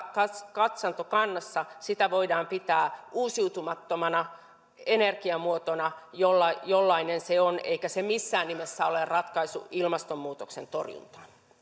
katsantokannassa sitä voidaan pitää uusiutumattomana energiamuotona jollainen jollainen se on eikä se missään nimessä ole ratkaisu ilmastonmuutoksen torjuntaan